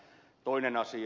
toinen asia